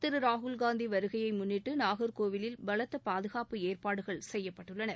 திரு ராகுல் காந்தி வருகையை முன்னிட்டு நாகா்கோவிலில் பலத்த பாதுகாப்பு ஏற்பாடுகள் செய்யப்பட்டுள்ளன